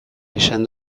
esan